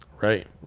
Right